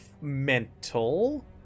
mental